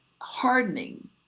hardening